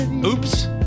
Oops